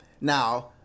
now